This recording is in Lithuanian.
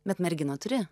bet merginą turi